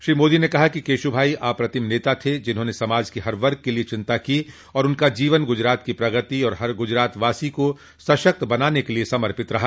श्री मोदी ने कहा कि केशुभाई अप्रतिम नेता थे जिन्होंने समाज के हर वर्ग के लिए चिन्ता की तथा उनका जीवन गुजरात की प्रगति तथा हर गुजरातवासी को सशक्त बनाने के लिए समर्पित रहा